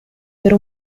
per